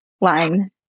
line